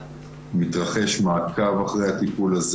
מתרחש מעקב אחרי הטיפול הזה.